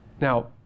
Now